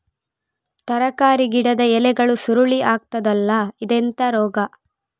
ತರಕಾರಿ ಗಿಡದ ಎಲೆಗಳು ಸುರುಳಿ ಆಗ್ತದಲ್ಲ, ಇದೆಂತ ರೋಗ?